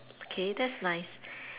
okay that's nice